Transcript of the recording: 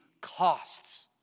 costs